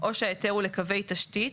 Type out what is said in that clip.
או שההיתר הוא לקווי תשתית,